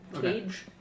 cage